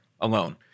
alone